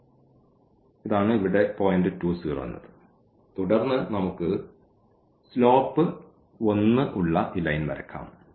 അതിനാൽ ഇതാണ് ഇവിടെ പോയിന്റ് 2 0 തുടർന്ന് നമുക്ക് സ്ലോപ് 1 ഉള്ള ഈ ലൈൻ വരക്കാം